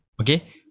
okay